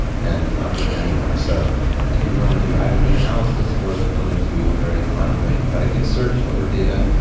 and it's not written anywhere. anywhere. so if you want to do aggregate analysis, or if you want to do a very fine-grain predicate search over data,